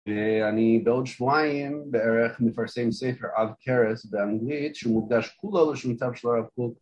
ואני בעוד שבועיים בערך מפרסם ספר עב כרס באנגלית שמוקדש כולו לשמותיו של הרב קוק